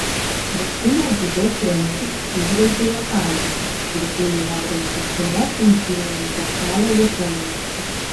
vaikino dziudo treneris įžvelgė jo talentą ir siūlė jam rinktis sumo imtynininko kelią japonijoje